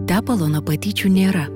tepalo nuo patyčių nėra